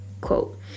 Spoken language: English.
quote